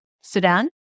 Sudan